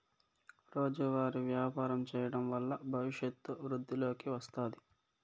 రోజువారీ వ్యాపారం చేయడం వల్ల భవిష్యత్తు వృద్ధిలోకి వస్తాది